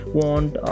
want